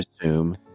assume